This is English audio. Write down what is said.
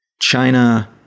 China